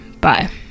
Bye